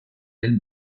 del